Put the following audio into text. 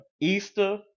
Easter